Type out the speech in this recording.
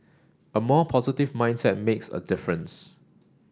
a more positive mindset makes a difference